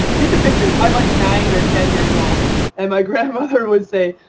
need the pictures. i'm like nine or ten years old and my grandmother would say,